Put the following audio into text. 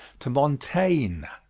to montaigne.